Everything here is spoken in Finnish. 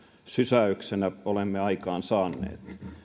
sysäyksenä olemme aikaansaaneet